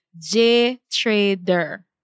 JTrader